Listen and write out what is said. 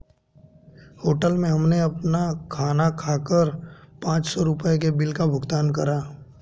hotel में हमने खाना खाकर पाँच सौ रुपयों के बिल का भुगतान करा